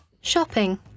Shopping